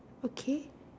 okay